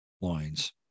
lines